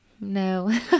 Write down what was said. No